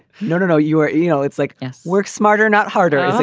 no, no, no, you are. you know, it's like work smarter, not harder.